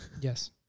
Yes